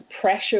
pressure